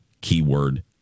keyword